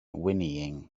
whinnying